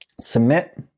Submit